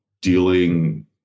dealing